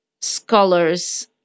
scholars